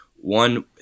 One